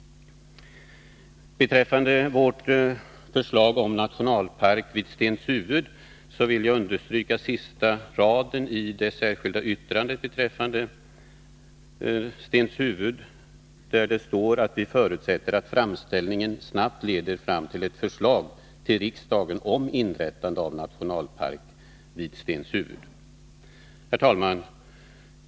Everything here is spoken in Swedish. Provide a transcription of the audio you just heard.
Beträffande vårt förslag om nationalpark vid Stenshuvud vill jag understryka sista raden i det särskilda yttrandet om Stenshuvud, där det står att vi förutsätter att framställningen snabbt leder fram till ett förslag till riksdagen om inrättande av en nationalpark. Herr talman!